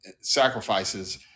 Sacrifices